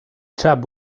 chap